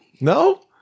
No